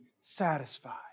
satisfied